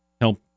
help